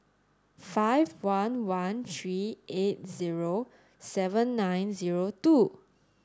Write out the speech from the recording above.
five one one three eight zero seven nine zero two